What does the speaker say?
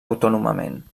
autònomament